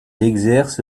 exerce